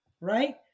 right